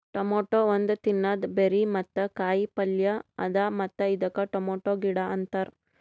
tomato ಒಂದ್ ತಿನ್ನದ berry ಮತ್ತ ಕಾಯಿ ಪಲ್ಯ ಅದಾ ಮತ್ತ ಇದಕ್ ಟೊಮೇಟೊ ಗಿಡ ಅಂತಾರ್